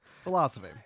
philosophy